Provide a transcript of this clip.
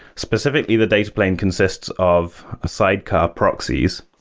specifically, the data plane consists of ah sidecar proxies,